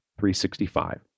365